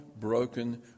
broken